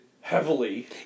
heavily